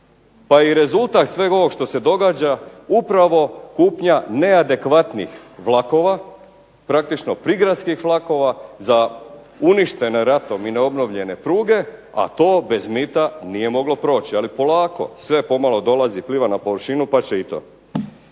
Pa i rezultat svega ovog što se događa upravo kupnja neadekvatnih vlakova praktično prigradskih vlakova za uništene ratom i neobnovljene pruge, a to bez mita nije moglo proći. Ali polako. Sve pomalo dolazi, pliva na površinu pa će i to.